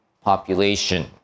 population